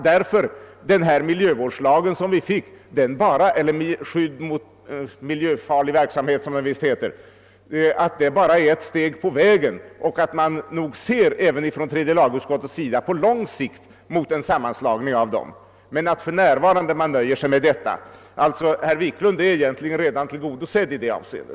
Därför, uttalade utskottet, är lagen om skydd mot miljöfarlig verksamhet bara ett steg på vägen, och man ser nog även från tredje lagutskottets sida fram mot en sammanslagning med tiden. Utskottet nöjde sig emellertid tills vidare med de åtgärder som föreslogs förra året. Herr Wiklund i Stockholm är alltså redan tillgodosedd i detta avseende.